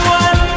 one